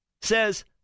says